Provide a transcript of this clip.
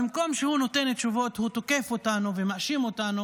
ובמקום שהוא ייתן תשובות הוא תוקף אותנו ומאשים אותנו,